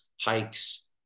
hikes